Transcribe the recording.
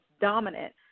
Dominant